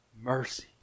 mercy